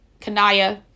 Kanaya